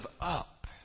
up